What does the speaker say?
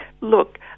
Look